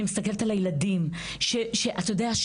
אתה יודע,